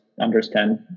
understand